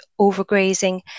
overgrazing